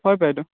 হয় বাইদেউ